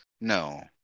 No